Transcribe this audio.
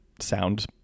sound